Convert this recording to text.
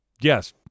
yes